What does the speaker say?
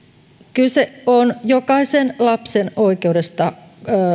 kyse on jokaisen lapsen oikeudesta